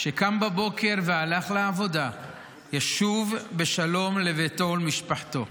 שקם בבוקר והלך לעבודה ישוב בשלום לביתו ולמשפחתו.